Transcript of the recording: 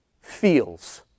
feels